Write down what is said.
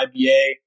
IBA